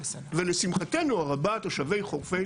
ולשמחתנו הרבה תושבי חורפיש